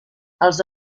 els